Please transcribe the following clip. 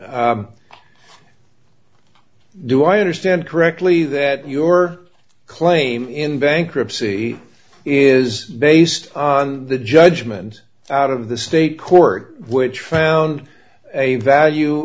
do i understand correctly that your claim in bankruptcy is based on the judgment out of the state court which found a value